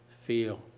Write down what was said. feel